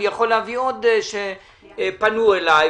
אני יכול להביא עוד שפנו אלי,